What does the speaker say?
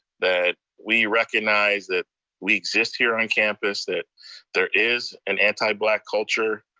that we recognize that we exist here on campus, that there is an anti-black culture.